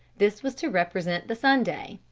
this was to represent the sunday.